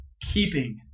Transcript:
keeping